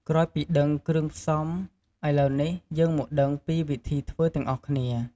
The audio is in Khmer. ក្រោយពីដឹងពីគ្រឿងផ្សំ ឥឡូវនេះ យើងមកមើលពីវិធីធ្វើទាំងអស់គ្នា។